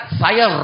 saya